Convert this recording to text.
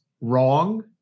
wrong